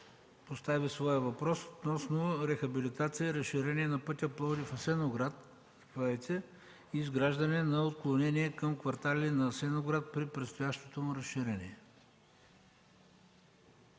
постави своя въпрос относно рехабилитация и разширение на пътя Пловдив – Асеновград и изграждане на отклонение към квартали на Асеновград при предстоящото му разширение.